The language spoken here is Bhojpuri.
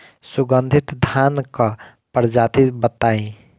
सुगन्धित धान क प्रजाति बताई?